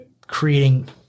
creating